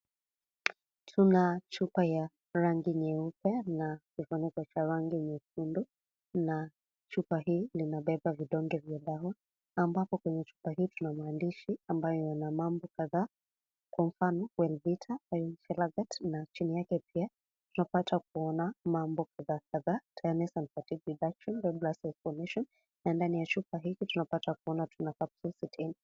Kuna chupa ya rangi nyeupe na kifuniko cha rangi nyekundu na chupa hii linabeba vidonge vya dawa ambapo kwenye chupa hii kuna maandishi amabayo yana mambo kadhaa kwa mfano Welluta Iron Chelate na chini yake pia tunapata kuona mambo kadhaa tiredness and fatigue reduction red blood cell formation na ndani ya chupa hii tunapata kuona kuna 60 capsules .